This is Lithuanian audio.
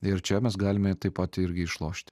ir čia mes galime taip pat irgi išlošt